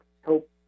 help